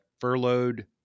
furloughed